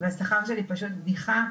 והשכר שלי הוא בדיחה.